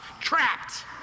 trapped